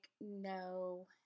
no